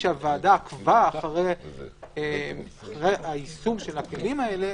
כשהוועדה עקבה אחרי היישום של הכלים האלה,